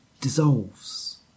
dissolves